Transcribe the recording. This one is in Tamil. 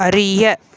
அறிய